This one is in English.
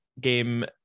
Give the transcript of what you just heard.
game